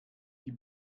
die